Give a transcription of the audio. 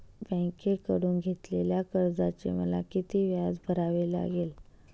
बँकेकडून घेतलेल्या कर्जाचे मला किती व्याज भरावे लागेल?